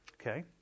Okay